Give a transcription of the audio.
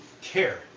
care